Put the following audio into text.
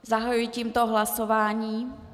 Zahajuji tímto hlasování.